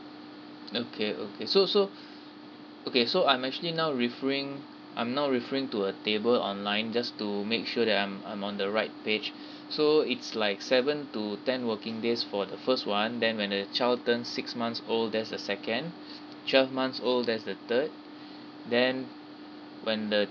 okay okay so so okay so I'm actually now referring I'm now referring to a table online just to make sure that I'm I'm on the right page so it's like seven to ten working days for the first one then when the child turn six months old there's a second twelve months old there's the third then when the